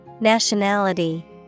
Nationality